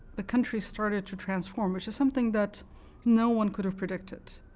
the country started to transform, which is something that no one could have predicted,